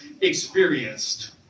experienced